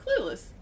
Clueless